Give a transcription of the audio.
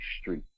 street